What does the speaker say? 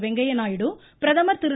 வெங்கைய நாயுடு பிரதமர் திரு